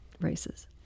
races